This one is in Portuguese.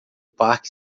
parque